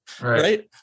Right